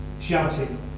shouting